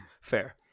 Fair